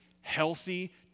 Healthy